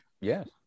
Yes